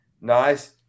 nice